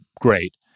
great